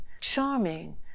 charming